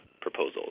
proposal